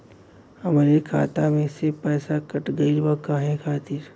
हमरे खाता में से पैसाकट गइल बा काहे खातिर?